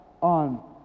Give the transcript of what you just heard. on